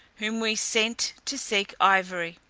whom we sent to seek ivory.